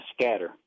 scatter